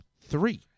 three